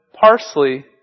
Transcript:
parsley